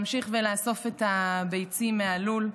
להמשיך לאסוף את הביצים מהלול?